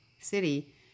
City